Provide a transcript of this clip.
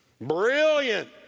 Brilliant